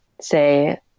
say